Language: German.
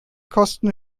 kosten